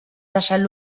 deixant